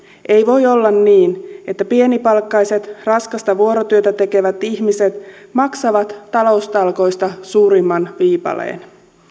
ei voi olla niin että pienipalkkaiset raskasta vuorotyötä tekevät ihmiset maksavat taloustalkoista suurimman viipaleen